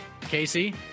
casey